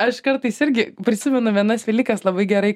aš kartais irgi prisimenu vienas velykas labai gerai